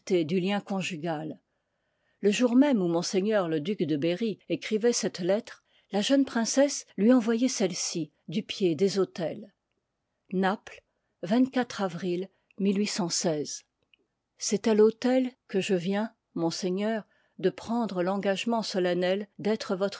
du lien conjugal le jour même où m le duc de berry écrivoit cette lettre la jeune princesse lui envoyoit celle-ci du pied des autels naples avril c'est à l'autel que je viens monseigneur de prendre l'engagement solennel d'être